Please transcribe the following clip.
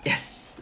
yes